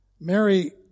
Mary